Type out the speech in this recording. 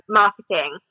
marketing